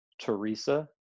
Teresa